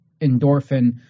endorphin